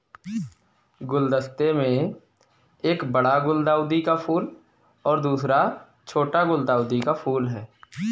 गुलदस्ते में एक बड़ा गुलदाउदी का फूल और दूसरा छोटा गुलदाउदी का फूल है